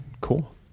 cool